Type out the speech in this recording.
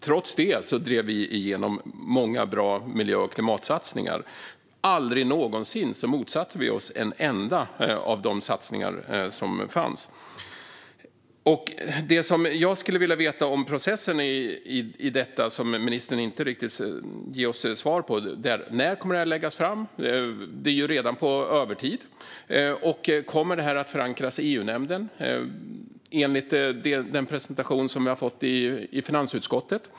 Trots det drev vi igenom många bra miljö och klimatsatsningar. Aldrig någonsin motsatte vi oss en enda av de satsningar som fanns. Det som jag skulle vilja veta om processen i detta och som ministern inte riktigt ger oss svar på är när det här kommer att läggas fram - det är ju redan på övertid - och om det kommer att förankras i EU-nämnden i enlighet med den presentation som vi fått i finansutskottet.